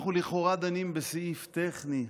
אנחנו לכאורה דנים בסעיף טכני,